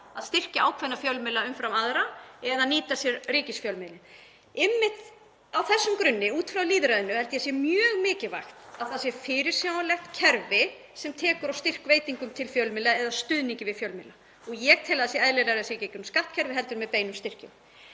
að styrkja ákveðna fjölmiðla umfram aðra eða nýta sér ríkisfjölmiðilinn. Einmitt á þessum grunni, út frá lýðræðinu, held ég að það sé mjög mikilvægt að það sé fyrirsjáanlegt kerfi sem tekur á styrkveitingum til fjölmiðla eða stuðningi við fjölmiðla og ég tel að það sé eðlilegra í gegnum skattkerfið heldur en með beinum styrkjum.